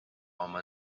oma